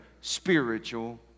spiritual